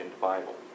Bible